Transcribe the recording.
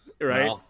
Right